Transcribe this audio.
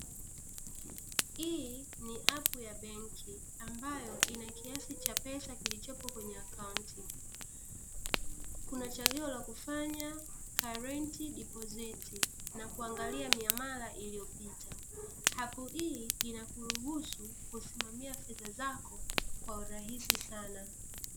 Hii ni appu ya benki ambayo ina kiasi cha pesa kilichopo kwenye akaunti kuna changuo la kufanya karenti depositi na kuangalia miamala iliyopita, appu hii inakuruhusu kusimamia fedha zako kwa urahisi sana .